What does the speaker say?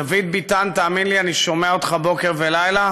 דוד ביטן, תאמין לי, אני שומע אותך בוקר ולילה.